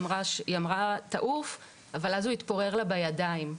אז היא אמרה לו תעוף אבל הוא התפורר לה בידיים.